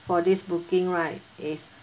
for this booking right it's